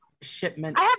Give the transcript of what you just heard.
shipment